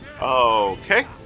Okay